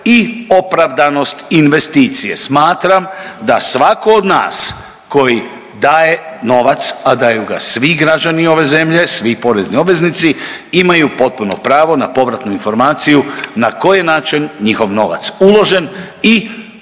i opravdanost investicije, smatram da svako od nas koji daje novac, a daju ga svi građani ove zemlje, svi porezni obveznici, imaju potpuno pravo na povratnu informaciju na koji način je njihov novac uložen i